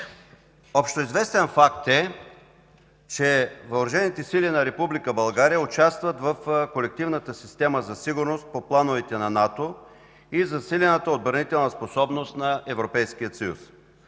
Общоизвестен факт е, че въоръжените сили на Република България участват в колективната система за сигурност по плановете на НАТО и засилената отбранителна способност на Европейския съюз.